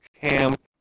camp